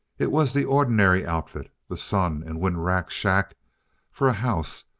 it was the ordinary outfit the sun and wind-racked shack for a house,